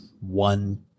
one